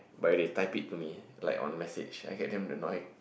but if they type it to me like on message I get damn annoyed